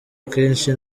akenshi